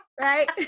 right